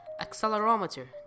accelerometer